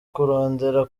kurondera